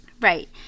Right